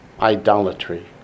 idolatry